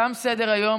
תם סדר-היום.